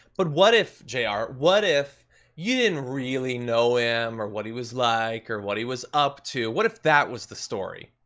but what if, jr, ah what if you didn't really know him, or what he was like, or what he was up to? what if that was the story?